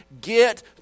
get